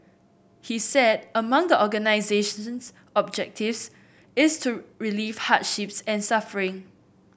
he said among the organisation's objectives is to relieve hardships and suffering